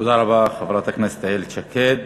תודה רבה, חברת הכנסת איילת שקד.